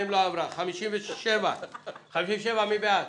הצבעה בעד,